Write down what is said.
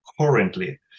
currently